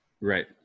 Right